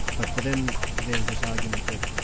but for them, there was this argument that